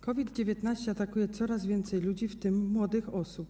COVID-19 atakuje coraz więcej ludzi, w tym młode osoby.